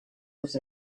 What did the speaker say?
was